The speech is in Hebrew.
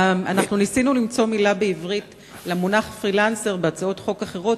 אנחנו ניסינו למצוא מלה בעברית למונח "פרילנסר" בהצעות חוק אחרות.